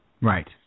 Right